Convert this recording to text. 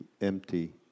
empty